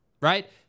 right